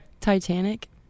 Titanic